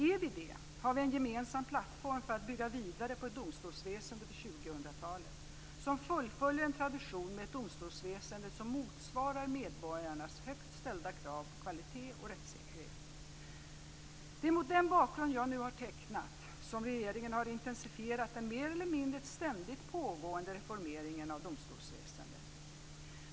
Är vi det, har vi en gemensam plattform för att bygga vidare på ett domstolsväsende för 2000-talet, som fullföljer en tradition med ett domstolsväsende som motsvarar medborgarnas högt ställda krav på kvalitet och rättssäkerhet. Det är mot den bakgrund jag nu har tecknat som regeringen har intensifierat den mer eller mindre ständigt pågående reformeringen av domstolsväsendet.